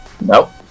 nope